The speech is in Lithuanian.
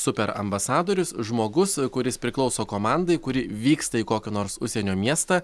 super ambasadorius žmogus kuris priklauso komandai kuri vyksta į kokį nors užsienio miestą